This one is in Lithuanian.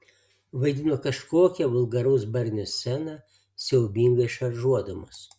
vaidino kažkokią vulgaraus barnio sceną siaubingai šaržuodamos